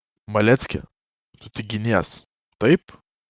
malecki tu tik ginies taip